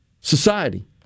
society